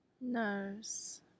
nose